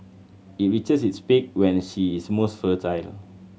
it reaches its peak when she is most fertile